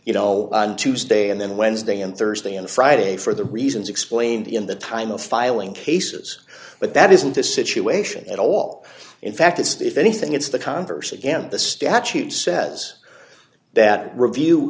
you know on tuesday and then wednesday and thursday and friday for the reasons explained in the time of filing cases but that isn't a situation at all in fact it's if anything it's the converse against the statute says that review